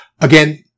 again